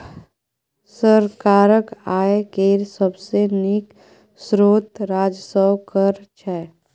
सरकारक आय केर सबसे नीक स्रोत राजस्व कर छै